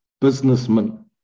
businessman